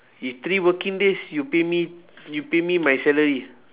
if three working days you pay me you pay me my salary